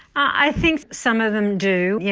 i think some of them do, yeah